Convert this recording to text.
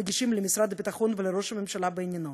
מגישים למשרד הביטחון ולראש הממשלה בעניינו.